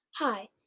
Hi